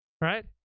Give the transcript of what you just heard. right